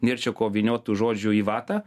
nėr čia ko vyniot tų žodžių į vatą